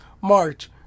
March